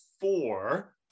four